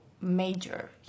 major